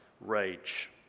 rage